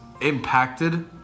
impacted